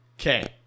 Okay